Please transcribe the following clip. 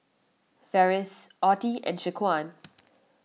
Ferris Ottie and Shaquan